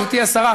גברתי השרה,